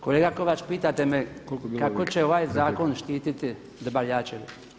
Kolega Kovač, pitate me kako će ovaj zakon štititi dobavljače?